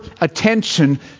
attention